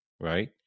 right